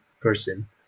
person